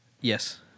Yes